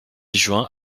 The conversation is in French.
juin